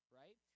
right